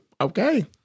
Okay